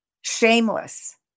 shameless